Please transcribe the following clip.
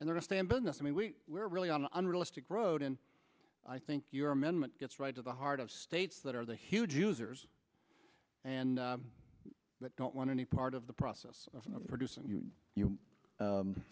and then to stay in business i mean we were really on the unrealistic road and i think your amendment gets right to the heart of states that are the huge users and i don't want any part of the process of producing you